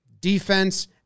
defense